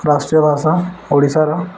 ରାଷ୍ଟ୍ରୀୟ ଭାଷା ଓଡ଼ିଶାର